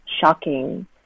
shocking